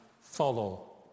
follow